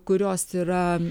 kurios yra